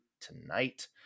tonight